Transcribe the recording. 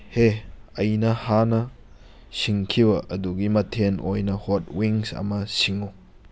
ꯍꯦ ꯑꯩꯅ ꯍꯥꯟꯅ ꯁꯤꯡꯈꯤꯕ ꯑꯗꯨꯒꯤ ꯃꯊꯦꯟ ꯑꯣꯏꯅ ꯍꯣꯠ ꯋꯤꯡꯁ ꯑꯃ ꯁꯤꯡꯉꯨ